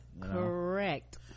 Correct